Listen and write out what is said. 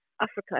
Africa